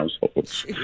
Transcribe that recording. households